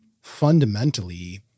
fundamentally